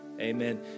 amen